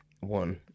one